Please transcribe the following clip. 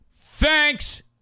Thanks